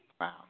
wow